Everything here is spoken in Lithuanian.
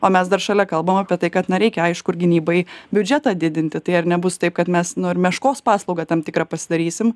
o mes dar šalia kalbam apie tai kad na reikia aišku ir gynybai biudžetą didinti tai ar nebus taip kad mes nu ir meškos paslaugą tam tikrą pasidarysim